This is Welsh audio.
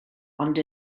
ond